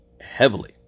heavily